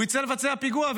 הוא יצא לבצע פיגוע,